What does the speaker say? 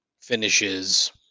finishes